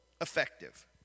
effective